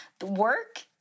work